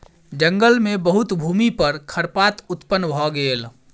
जंगल मे बहुत भूमि पर खरपात उत्पन्न भ गेल